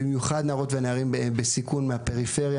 במיוחד נערות ונערים בסיכון מהפריפריה,